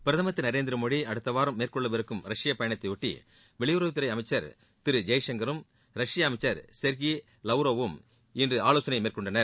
பிரதமர் திரு நரேந்திரமோடி அடுத்த வாரம் மேற்கொள்ளவிருக்கும் ரஷ்ய பயணத்தையொட்டி வெளிபுறவுத்துறை அமைச்சர் திரு ஜெய்சங்கரும் ரஷ்ய அமைச்சர் செர்கி லவ்ரோவும் இன்று ஆலோசனை மேற்கொண்டனர்